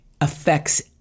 affects